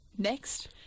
Next